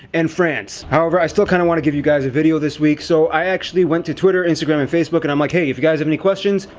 and france. however, i still kinda wanna give you guys a video this week, so i actually went to twitter, instagram, and facebook, and i'm like hey, if you guys have any questions,